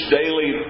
daily